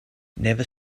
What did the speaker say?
never